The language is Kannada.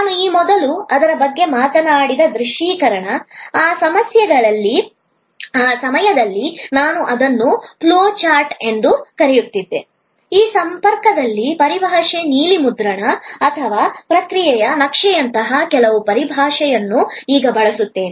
ನಾನು ಈ ಮೊದಲು ಅದರ ಬಗ್ಗೆ ಮಾತನಾಡಿದ ದೃಶ್ಯೀಕರಣ ಆ ಸಮಯದಲ್ಲಿ ನಾನು ಅದನ್ನು ಫ್ಲೋ ಚಾರ್ಟ್ ಎಂದು ಕರೆಯುತ್ತಿದ್ದೆ ಈ ಸಂಪರ್ಕದಲ್ಲಿ ಪರಿಭಾಷೆ ನೀಲಿ ಮುದ್ರಣ ಅಥವಾ ಪ್ರಕ್ರಿಯೆಯ ನಕ್ಷೆಯಂತಹ ಕೆಲವು ಪರಿಭಾಷೆಗಳನ್ನು ಈಗ ಬಳಸುತ್ತೇನೆ